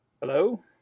hello